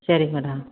சரிங்க மேடம்